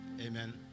Amen